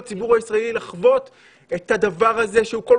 תנו לציבור הישראלי לחוות את הדבר הזה שהוא כל